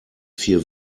vier